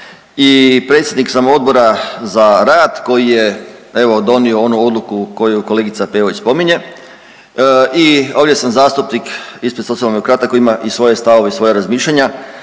i predsjednik sam Odbora za rad koji je evo donio onu odluku koju kolegica Peović spominje i ovdje sam zastupnik ispred Socijaldemokrata koji ima i svoje stavove i svoja razmišljanja